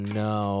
no